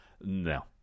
no